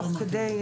תוך כדי,